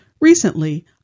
Recently